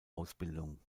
ausbildung